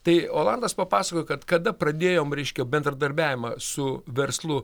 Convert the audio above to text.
tai olandas papasakojo kad kada pradėjom reiškia bendradarbiavimą su verslu